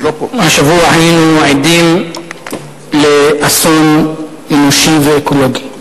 השבוע היינו עדים לאסון אנושי ואקולוגי.